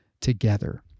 together